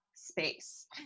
space